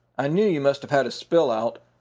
i knew you must have had a spill-out.